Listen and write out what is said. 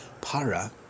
Para